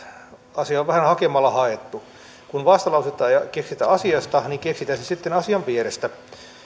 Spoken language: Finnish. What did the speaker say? asia on vähän hakemalla haettu kun vastalausetta ei keksitä asiasta niin keksitään se sitten asian vierestä